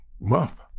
month